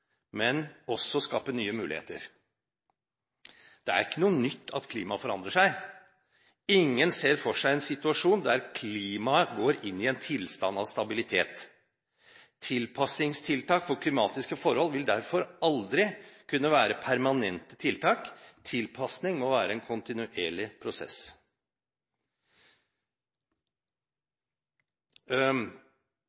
men også skape nye muligheter. Det er ikke noe nytt at klimaet forandrer seg. Ingen ser for seg en situasjon der klimaet går inn i en tilstand av stabilitet. Tilpasningstiltak for klimatiske forhold vil derfor aldri kunne være permanente tiltak, tilpasning må være en kontinuerlig prosess.